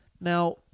Now